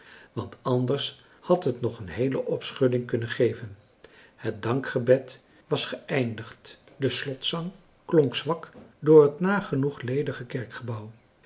want anders had het nog een heele opschudding kunnen geven het dankgebed was geëindigd de slotzang klonk zwak door het nagenoeg ledige